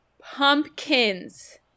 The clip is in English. pumpkins